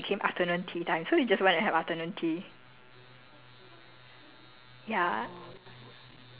ya ya ya then they were suppose to have lunch but by the time he found her right became afternoon tea time so they just went to have afternoon tea